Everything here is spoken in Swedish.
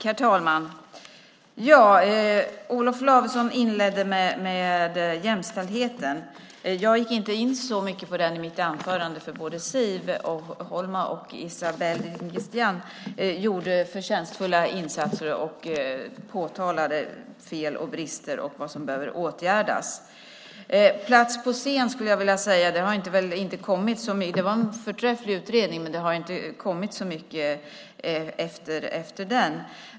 Herr talman! Olof Lavesson inledde med att ta upp jämställdheten. Jag gick inte in så mycket på den i mitt anförande eftersom både Siv Holma och Esabelle Dingizian gjorde förtjänstfulla insatser och påtalade fel och brister och vad som behöver åtgärdas. Plats på scen var en förträfflig utredning, men det har inte kommit så mycket efter den.